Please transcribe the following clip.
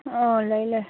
ꯑꯣ ꯂꯩ ꯂꯩ